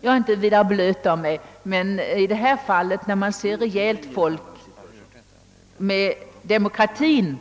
Jag är inte särskilt blöt till min läggning, men när ett rejält folk kämpar för demokrati,